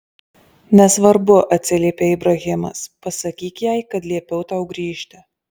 nesvarbu atsiliepė ibrahimas pasakyk jai kad liepiau tau grįžti